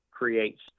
creates